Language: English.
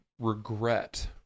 regret